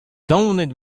daonet